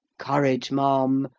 courage, ma'am!